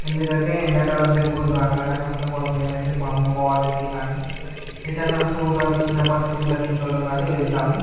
ఎందుకంటే ఎండాకాలం సెలవులు రాగానే ఫస్ట్ ఆఫ్ ఆల్ మేమైతే మా అమ్మమ్మ వాళ్ళ ఇంటికి కానీ ఎటైనా టూర్లకు చిన్నపాటి టూర్లకి ఇంట్లో వాళ్ళం కానీ వెళ్తాము